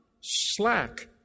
slack